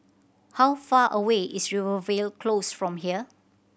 how far away is Rivervale Close from here